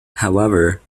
however